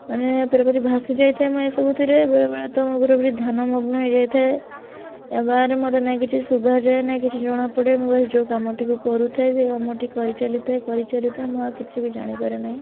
ମାନେ ପୁରା ପୁରି ଭାସି ଯାଇଥାଏ ମୁଁ ଏଇ ସବୁଥିରେ ବେଳେ ବେଳେ ତ ମୁଁ ପୁରା ପୁରି ଧ୍ୟାନ ମଗ୍ନ ହେଇ ଯାଇଥାଏ ଏ ଭାବରେ ମୋତେ ନା କିଛି ଶୁଭାଯାଏ ନା କିଛି ଜଣା ପଡ଼େ ମୁଁ ବାସ ଯେଉଁ କାମ ଟିକୁ କରୁଥାଏ ସେ କାମ ଟି କରିଚାଲି ଥାଏ କରିଚାଲି ଥାଏ ମୁଁ ଆଉ କିଛି ବି ଜାଣି ପାରେ ନାହଁ